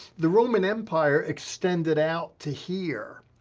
the roman empire extended out to here.